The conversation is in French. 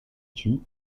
tue